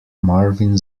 marvin